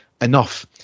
enough